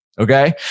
Okay